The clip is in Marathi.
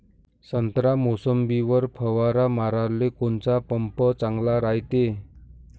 संत्रा, मोसंबीवर फवारा माराले कोनचा पंप चांगला रायते?